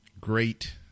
Great